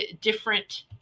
different